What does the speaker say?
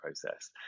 process